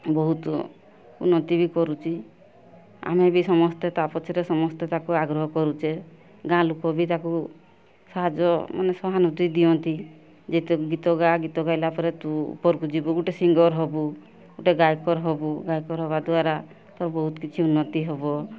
ବହୁତ ଉନ୍ନତି ବି କରୁଛି ଆମେ ବି ସମସ୍ତେ ତା' ପଛରେ ସମସ୍ତେ ତାକୁ ଆଗ୍ରହ କରୁଛେ ଗାଁ ଲୋକ ବି ତାକୁ ସାହାଯ୍ୟ ମାନେ ସହାନୁଭୂତି ଦିଅନ୍ତି ଯେ ତୁ ଗୀତ ଗାଆ ଗୀତ ଗାଇଲା ପରେ ତୁ ଉପରକୁ ଯିବୁ ଗୋଟିଏ ସିଙ୍ଗର୍ ହେବୁ ଗୋଟିଏ ଗାୟକ ହେବୁ ଗାୟକ ହେବା ଦ୍ଵାରା ତୋର ବହୁତ କିଛି ଉନ୍ନତି ହେବ